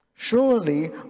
Surely